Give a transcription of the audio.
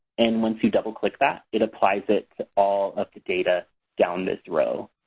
and once you double-click that, it applies it to all of the data down this row.